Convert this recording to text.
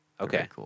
Okay